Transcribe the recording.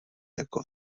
jako